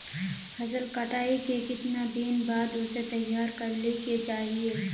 फसल कटाई के कीतना दिन बाद उसे तैयार कर ली के चाहिए?